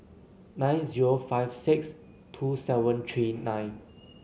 nine zero five six two seven three nine